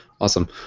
Awesome